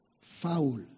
Foul